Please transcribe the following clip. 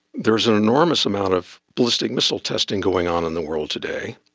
there is an enormous amount of ballistic missile testing going on in the world today,